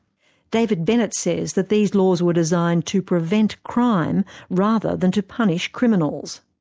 david bennett says that these laws were designed to prevent crime rather than to punish criminals.